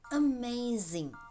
amazing